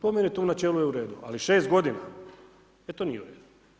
Po meni to u načelu je u redu, ali 6 godina, e to nije u redu.